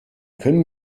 können